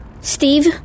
Steve